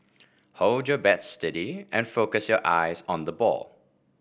hold your bat steady and focus your eyes on the ball